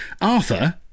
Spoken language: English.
Arthur